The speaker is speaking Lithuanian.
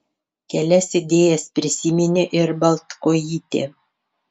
kelias idėjas prisiminė ir baltkojytė